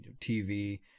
TV